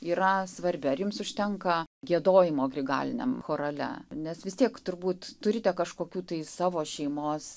yra svarbi ar jums užtenka giedojimo grigaliniam chorale nes vis tiek turbūt turite kažkokių tai savo šeimos